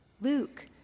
Luke